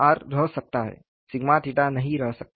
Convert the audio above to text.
r रह सकता है नहीं रह सकता